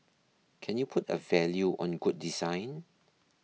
can you put a value on good design